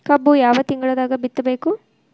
ಕಬ್ಬು ಯಾವ ತಿಂಗಳದಾಗ ಬಿತ್ತಬೇಕು?